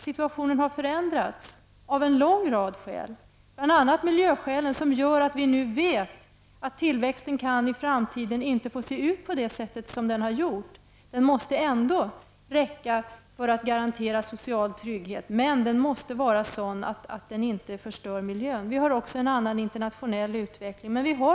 Situationen har förändrats av en lång rad skäl, bl.a. miljöskäl. Det gör att vi nu vet att tillväxten i framtiden inte kan se ut på det sätt den tidigare gjort. Den måste räcka för att garantera social trygghet, men den måste vara sådan att den inte förstör miljön. Den internationella utvecklingen är också en annan.